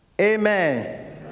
Amen